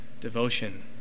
devotion